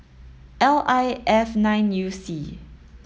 L I F nine U C